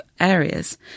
areas